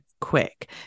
quick